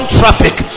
traffic